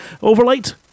Overlight